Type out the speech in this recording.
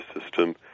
system